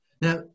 now